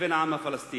לבין העם הפלסטיני.